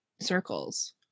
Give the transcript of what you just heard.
circles